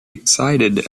excited